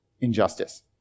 injustice